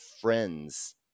friends